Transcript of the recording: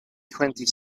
twenty